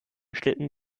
schlitten